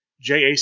JAC